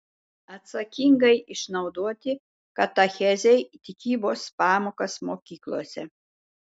atsakingai išnaudoti katechezei tikybos pamokas mokyklose